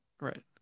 right